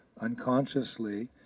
unconsciously